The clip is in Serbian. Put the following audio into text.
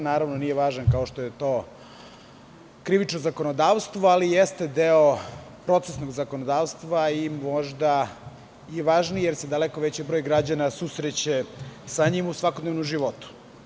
Naravno, nije važan kao što je to krivično zakonodavstvo, ali jeste deo procesnog zakonodavstva i možda i važniji, jer se daleko veći broj građana susreće sa njim u svakodnevnom životu.